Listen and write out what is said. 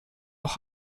auch